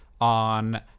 on